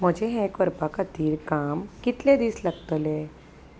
म्हजें हें करपा खातीर काम कितले दीस लागतले